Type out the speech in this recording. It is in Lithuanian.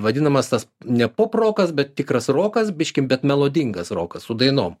vadinamas tas ne pop rokas bet tikras rokas biškį bet melodingas rokas su dainom